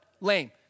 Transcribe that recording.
Lame